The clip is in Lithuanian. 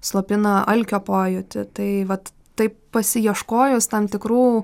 slopina alkio pojūtį tai vat taip pasiieškojus tam tikrų